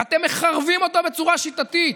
ואתם מחרבים אותו בצורה שיטתית.